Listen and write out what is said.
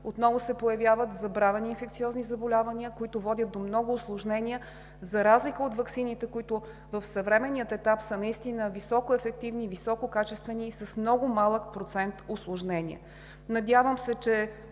отново се появяват забравени инфекциозни заболявания, които водят до много усложнения, за разлика от ваксините, които в съвременния етап са наистина високоефективни, висококачествени и с много малък процент усложнения. Надявам се, че